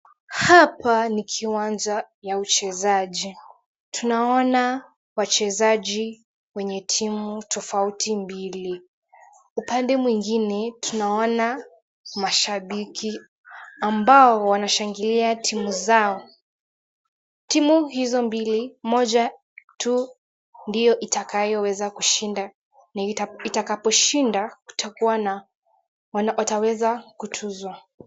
Hapa ni kiwanja ya uchezaji. Tunaona wachezaji wenye timu tofauti mbili. Upande mwingine tunaona mashabiki ambao wanashangilia timu zao. Timu hizo mbili mmoja tu ndio itakayoweza kushinda. Itakaposhinda itakuwa na wataweza kutuzwa.